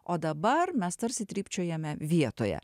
o dabar mes tarsi trypčiojame vietoje